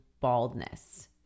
baldness